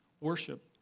worship